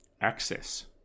access